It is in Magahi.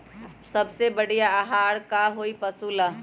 सबसे बढ़िया आहार का होई पशु ला?